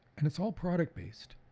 and it's all product based.